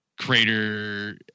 crater